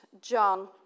John